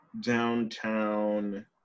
downtown